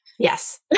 Yes